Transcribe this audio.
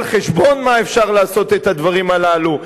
על חשבון מה אפשר לעשות את הדברים הללו.